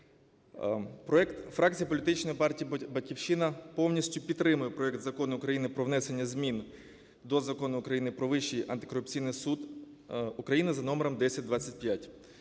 проект фракції політичної партії "Батьківщина" повністю підтримує проект Закону України про внесення зміни до Закону України про Вищий антикорупційний суд України за номером 1025.